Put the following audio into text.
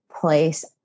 place